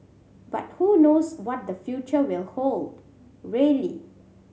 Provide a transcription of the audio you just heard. but who knows what the future will hold really